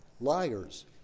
Liars